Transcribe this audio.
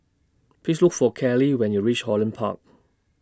Please Look For Kelli when YOU REACH Holland Park